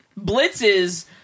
blitzes